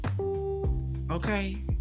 Okay